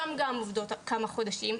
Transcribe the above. שם הן גם עובדות כמה חודשים,